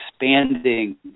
expanding